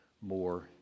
more